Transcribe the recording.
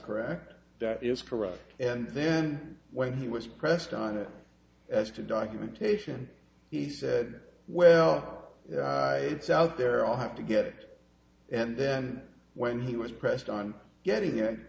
correct that is correct and then when he was pressed on it as to documentation he said well it's out there i'll have to get it and then when he was pressed on getting